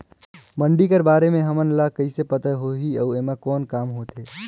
मंडी कर बारे म हमन ला कइसे पता होही अउ एमा कौन काम होथे?